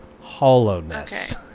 Hollowness